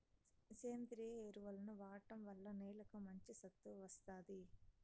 సేంద్రీయ ఎరువులను వాడటం వల్ల నేలకు మంచి సత్తువ వస్తాది